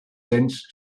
cents